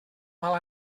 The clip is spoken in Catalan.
mal